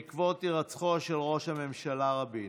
בעקבות הירצחו של ראש הממשלה רבין.